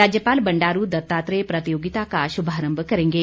राज्यपाल बंडारू दत्तात्रेय प्रतियोगिता का शुभारंभ करेंगे